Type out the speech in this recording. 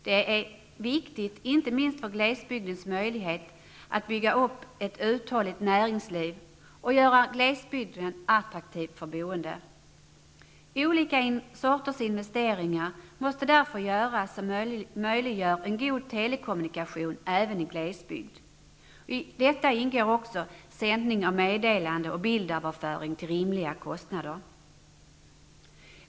Detta är viktigt inte minst för glesbygdens möjlighet att bygga upp ett uthålligt näringsliv och göra glesbygden attraktiv för boende. Olika sorters investeringar måste därför göras som möjliggör en god telekommunikation även i glesbygd. I detta ingår sändning av meddelanden och bildöverföring till rimliga kostnader.